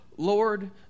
Lord